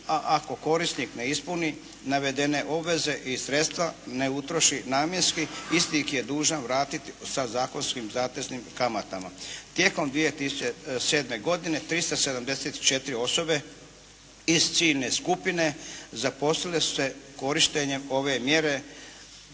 a ako korisnik ne ispuni navedene obveze i sredstva, ne utroši namjenski, isti ih je dužan vratiti sa zakonskim zateznim kamatama. Tijekom 2007. godine 374 osobe iz ciljne skupine zaposlile su se korištenjem ove mjere